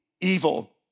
evil